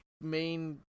main